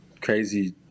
crazy